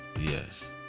Yes